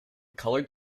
colored